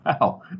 Wow